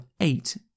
eight